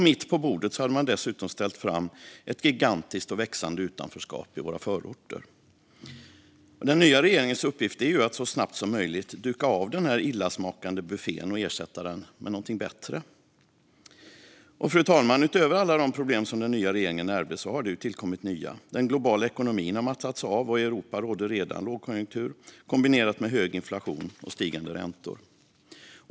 Mitt på bordet hade man dessutom ställt fram ett gigantiskt och växande utanförskap i våra förorter. Den nya regeringens uppgift är att så snabbt som möjligt duka av denna illasmakande buffé och ersätta den med något bättre. Fru talman! Utöver alla de problem den nya regeringen ärvde har det tillkommit nya. Den globala ekonomin har mattats av, och i Europa råder redan lågkonjunktur kombinerat med hög inflation och stigande räntor.